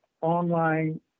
online